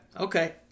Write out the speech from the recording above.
Okay